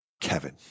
Kevin